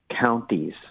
counties